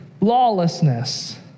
lawlessness